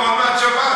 אבל רק שאלה אחת.